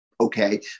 okay